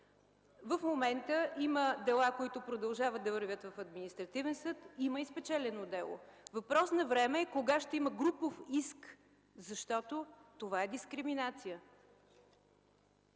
В момента има дела, които продължават да вървят в Административен съд, има и спечелено дело. Въпрос на време е кога ще има групов иск, защото това е дискриминация.